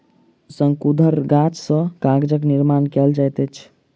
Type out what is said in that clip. शंकुधर गाछ सॅ कागजक निर्माण कयल जाइत अछि